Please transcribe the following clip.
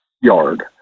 yard